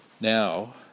now